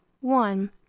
One